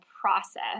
process